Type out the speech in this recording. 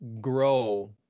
grow